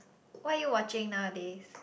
what are you watching nowadays